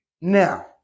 Now